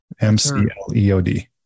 M-C-L-E-O-D